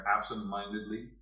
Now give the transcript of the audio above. absent-mindedly